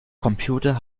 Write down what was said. computer